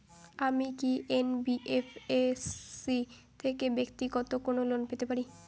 আমি কি এন.বি.এফ.এস.সি থেকে ব্যাক্তিগত কোনো লোন পেতে পারি?